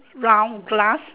round glass